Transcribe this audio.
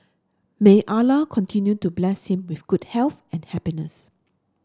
may Allah continue to bless him with good health and happiness